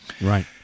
Right